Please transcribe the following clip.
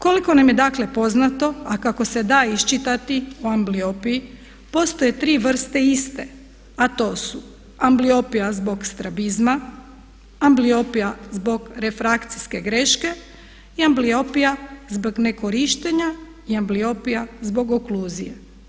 Koliko nam je dakle poznato a kako se da iščitati o ambliopiji, postoje tri vrste iste a to su ambliopija zbog strabizma, ambliopija zbog refrakcijske greške i ambliopija zbog nekorištenja i ambliopija zbog okluzije.